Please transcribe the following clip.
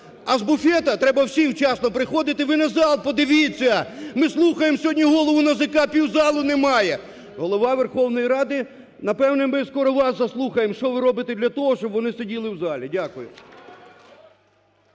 І з буфету треба всім вчасно приходити. Ви на зал подивіться! Ми слухаємо сьогодні голову НАЗК, півзалу немає. Голова Верховної Ради, напевне, ми скоро вас заслухаємо, що ви робите для того, щоб вони сиділи в залі. Дякую.